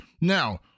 Now